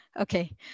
okay